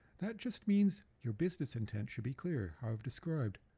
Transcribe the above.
that just means your business intent should be clear how i've described.